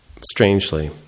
Strangely